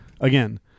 again